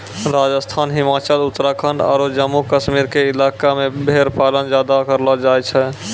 राजस्थान, हिमाचल, उत्तराखंड आरो जम्मू कश्मीर के इलाका मॅ भेड़ पालन ज्यादा करलो जाय छै